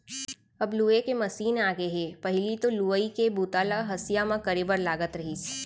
अब लूए के मसीन आगे हे पहिली तो लुवई के बूता ल हँसिया म करे बर लागत रहिस